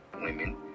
women